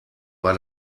war